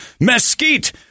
mesquite